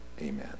amen